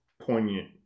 poignant